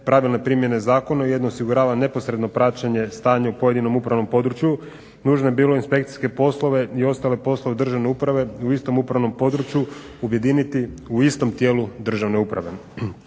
pravilne primjene zakona ujedno osigurava neposredno praćenja stanja u pojedinom upravom području nužno je bilo inspekcijske poslove i ostale poslove državne uprave u istom upravnom području objediniti u istom tijelu državne uprave.